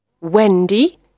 Wendy